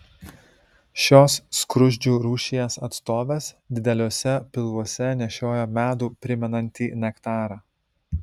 šios skruzdžių rūšies atstovės dideliuose pilvuose nešioja medų primenantį nektarą